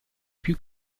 più